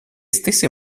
stesse